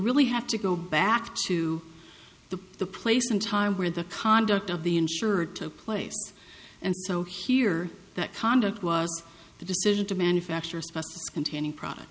really have to go back to the the place in time where the conduct of the insured took place and so here that conduct was the decision to manufacture containing products